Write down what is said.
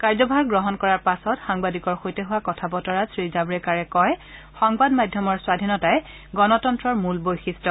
কাৰ্যভাৰ গ্ৰহণ কৰাৰ পাছত সাংবাদিকৰ সৈতে হোৱা কথা বতৰাত শ্ৰীজাল্ৰেকাৰে কয় সংবাদ মাধ্যমৰ স্বাধীনতাই গণতন্নৰ মূল বৈশিষ্ট্য